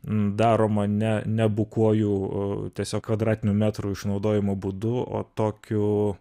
daroma ne ne bukuoju tiesiog kvadratinių metrų išnaudojimo būdu o tokiu